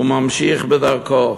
הוא ממשיך בדרכו.